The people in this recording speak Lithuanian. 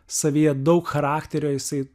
savyje daug charakterio jisai